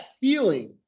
feeling